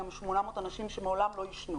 גם 800 אנשים שמעולם לא עישנו.